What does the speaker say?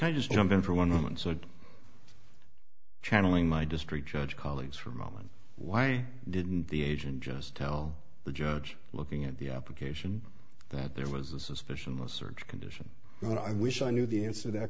i just jump in for one moment so channeling my district judge colleagues for a moment why didn't the agent just tell the judge looking at the application that there was a suspicion a search condition and i wish i knew the answer that